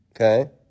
okay